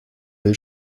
will